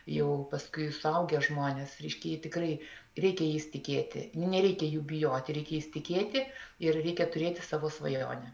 jau paskui suaugę žmonės reiškia jie tikrai reikia jais tikėti nereikia jų bijoti reikia jais tikėti ir reikia turėti savo svajonę